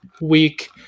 week